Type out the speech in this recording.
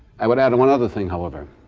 i would add one other thing, however,